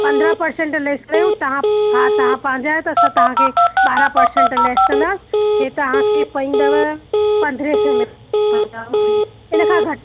पंद्रहां percent less कयूं हा तव्हां पंहिंजा आयो त तव्हांखे ॿारहां पर्सेंट लेस कंदासीं इहा तव्हांखे पईंदव पंद्रहां सौ में हिन खां घटि न